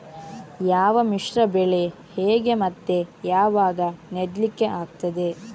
ಯಾವ ಮಿಶ್ರ ಬೆಳೆ ಹೇಗೆ ಮತ್ತೆ ಯಾವಾಗ ನೆಡ್ಲಿಕ್ಕೆ ಆಗ್ತದೆ?